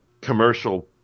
commercial